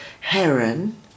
Heron